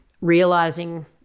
realizing